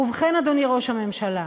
ובכן, אדוני ראש הממשלה,